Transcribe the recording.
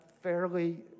fairly